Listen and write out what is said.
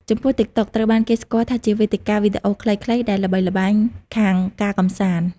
ចំពោះ តិកតុក ត្រូវបានគេស្គាល់ថាជាវេទិកាវីដេអូខ្លីៗ ដែលល្បីល្បាញខាងការកម្សាន្ត។